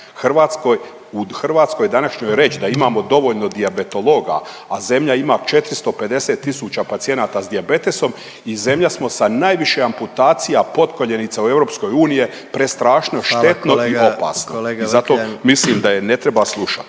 u Hrvatskoj današnjoj reći da imamo dovoljno dijabetologa, a zemlja ima 450 tisuća pacijenata s dijabetesom i zemlja smo sa najviše amputacija potkoljenica u EU, prestrašno, štetno i opasno. …/Upadica predsjednik: Hvala